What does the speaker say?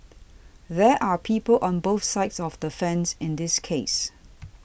there are people on both sides of the fence in this case